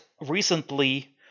recently